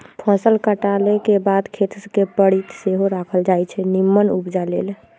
फसल काटलाके बाद खेत कें परति सेहो राखल जाई छै निम्मन उपजा लेल